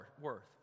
worth